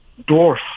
Dwarf